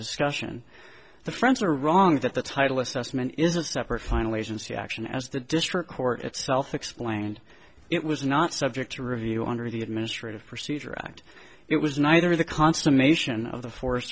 discussion the friends are wrong that the title assessment is a separate final agency action as the district court itself explained it was not subject to review under the administrative procedure act it was neither the consummation of the forest